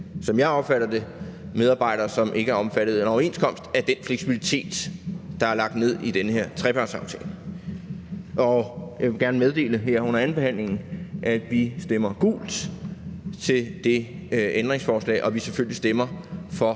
som jeg opfatter det, medarbejdere, som ikke er omfattet af en overenskomst, i forhold til den fleksibilitet, der er lagt ned i den her trepartsaftale, og jeg vil gerne her under andenbehandlingen meddele, at vi stemmer gult til det ændringsforslag, og at vi selvfølgelig stemmer for